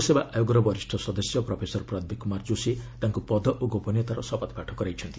ଲୋକସେବା ଆୟୋଗର ବରିଷ୍ଠ ସଦସ୍ୟ ପ୍ରଫେସର ପ୍ରଦୀପ କୁମାର ଯୋଶୀ ତାଙ୍କୁ ପଦ ଓ ଗୋପନୀୟତାର ଶପଥପାଠ କରାଇଛନ୍ତି